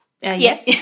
Yes